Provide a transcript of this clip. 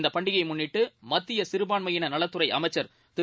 இந்தபண்டிகையைமுன்னிட்டுமத்தியசிறபான்மையினநலத்துறைஅமைச்சன் திரு